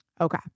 Okay